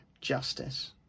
justice